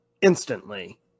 instantly